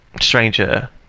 stranger